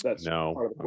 No